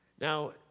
Now